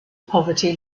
poverty